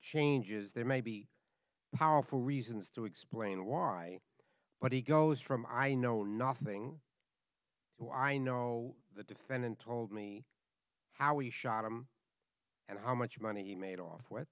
changes there may be powerful reasons to explain why but he goes from i know nothing who i know the defendant told me how he shot him and how much money he made off with